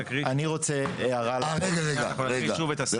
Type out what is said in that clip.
ובאמצע לא קרה כלום,